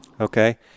Okay